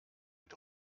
mit